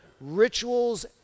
rituals